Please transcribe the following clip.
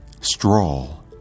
stroll